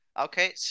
Okay